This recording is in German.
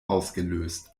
ausgelöst